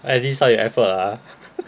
at least 他有 effort ah